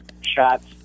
shots